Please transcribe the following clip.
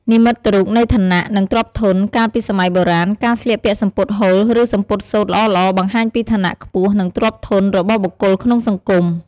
និមិត្តរូបនៃឋានៈ និងទ្រព្យធន កាលពីសម័យបុរាណ ការស្លៀកពាក់សំពត់ហូល ឬសំពត់សូត្រល្អៗបង្ហាញពីឋានៈខ្ពស់ និងទ្រព្យធនរបស់បុគ្គលក្នុងសង្គម។